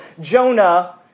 Jonah